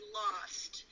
lost